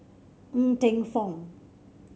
Ng Teng Fong